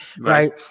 right